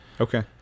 Okay